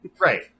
Right